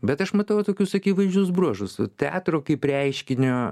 bet aš matau tokius akivaizdžius bruožus teatro kaip reiškinio